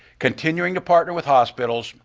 continuing to partner with hospitals,